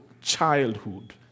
childhood